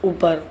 اوپر